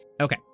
Okay